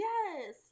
Yes